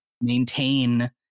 maintain